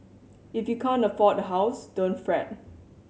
if you can't afford a house don't fret